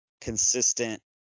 consistent